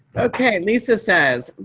okay. lisa says,